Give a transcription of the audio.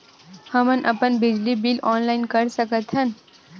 हमन अपन बिजली बिल ऑनलाइन कर सकत हन?